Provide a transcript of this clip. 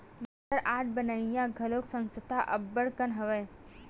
Bastar art बनइया घलो संस्था अब्बड़ कन हवय